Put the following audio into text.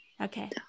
Okay